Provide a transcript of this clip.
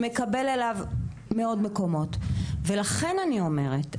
שמקבל עליו מאות מקומות ולכן אני אומרת,